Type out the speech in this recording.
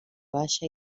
baixa